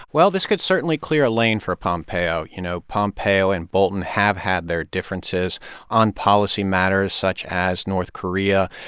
well, this could certainly clear a lane for pompeo. you know, pompeo and bolton have had their differences on policy matters such as north korea.